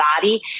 body